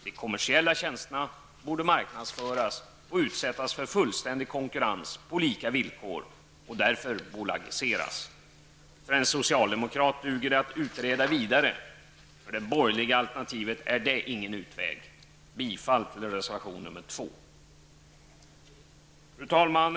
De kommersiella tjänsterna borde marknadsföras och utsättas för fullständig konkurrens på lika villkor och därför bolagiseras. För en socialdemokrat duger det att utreda vidare. För det borgerliga alternativet är det ingen utväg. Fru talman!